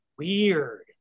weird